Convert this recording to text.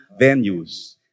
venues